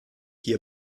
hier